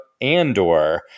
Andor